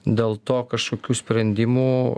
dėl to kažkokių sprendimų